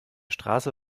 straße